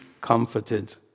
comforted